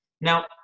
Now